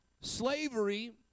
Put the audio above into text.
Slavery